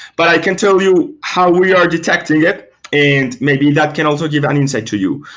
but i can tell you how we are detecting it and maybe that can also give an insight to you.